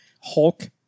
Hulk